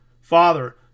Father